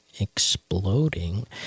exploding